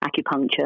acupuncture